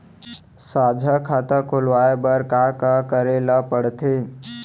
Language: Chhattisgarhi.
साझा खाता खोलवाये बर का का करे ल पढ़थे?